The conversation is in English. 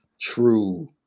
true